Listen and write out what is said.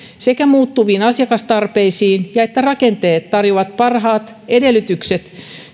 sekä muuttuviin asiakastarpeisiin ja että rakenteet tarjoavat parhaat edellytykset